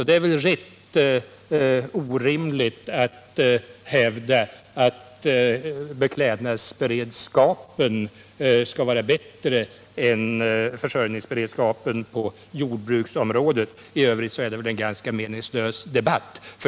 Det är väl därför orimligt att hävda att försörjningsberedskapen på beklädnadsområdet skall vara bättre än på jordbruksområdet. I övrigt är det en ganska meningslös debatt.